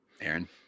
Aaron